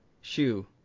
shoe